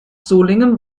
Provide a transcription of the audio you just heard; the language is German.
solingen